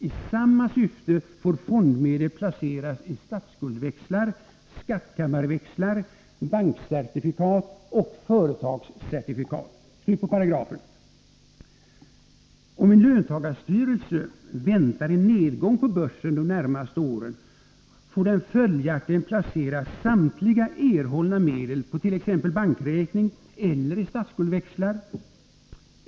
I samma syfte får fondmedel placeras i statsskuldväxlar, skattkammarväxlar, bankcertifikat och företagscertifikat.” Om en löntagarstyrelse väntar en nedgång på börsen de närmaste åren, får den följaktligen placera samtliga erhållna medel på t.ex. bankräkning eller i statsskuldväxlar.